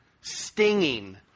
stinging